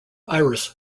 iris